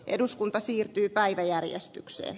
eduskunta siirtyy päiväjärjestyksen